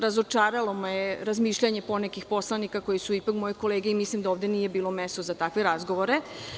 Razočaralo me je razmišljanje ponekih poslanika koji su ipak moje kolege i mislim da ovde nije bilo mesto za takve razgovore.